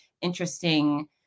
interesting